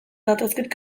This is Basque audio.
datozkit